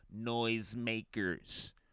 noisemakers